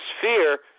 fear